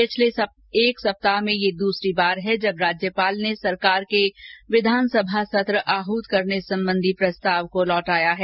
पिछले एक सप्ताह में यह द्रसरी बार है जब राज्यपाल ने सरकार के विधानसभा सत्र आहत करने संबंधी प्रस्ताव को लौटाया है